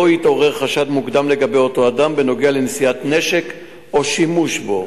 התעורר חשד מוקדם לגבי אותו אדם בנוגע לנשיאת נשק או שימוש בו.